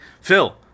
Phil